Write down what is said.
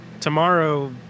Tomorrow